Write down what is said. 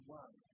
one